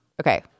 okay